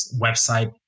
website